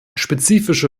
spezifische